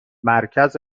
مرکز